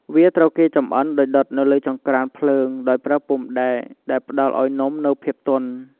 វាត្រូវគេចម្អិនដោយដុតនៅលើចង្ក្រានភ្លើងដោយប្រើពុម្ពដែក ដែលផ្តល់ឱ្យនំនូវភាពទន់។